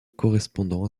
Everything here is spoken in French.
correspondant